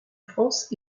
france